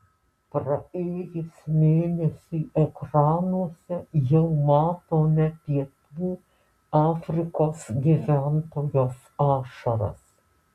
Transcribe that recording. praėjus mėnesiui ekranuose jau matome pietų afrikos gyventojos ašaras